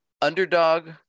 Underdog